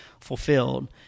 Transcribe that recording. fulfilled